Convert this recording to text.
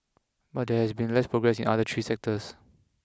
but there has been less progress in the other three sectors